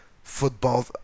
football